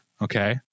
okay